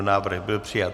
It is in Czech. Návrh byl přijat.